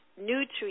nutrients